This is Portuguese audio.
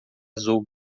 azul